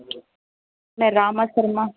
मैं रामा शर्मा